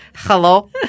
Hello